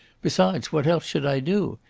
besides, what else should i do?